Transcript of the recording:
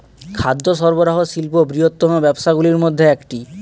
খাদ্য সরবরাহ শিল্প বৃহত্তম ব্যবসাগুলির মধ্যে একটি